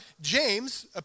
James